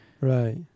Right